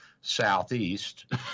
southeast